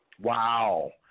Wow